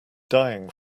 dying